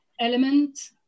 element